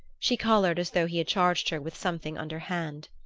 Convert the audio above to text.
she colored as though he had charged her with something underhand.